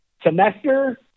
Semester